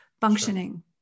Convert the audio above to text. functioning